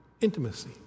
intimacy